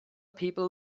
people